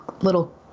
little